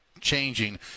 changing